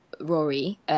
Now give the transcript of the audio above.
Rory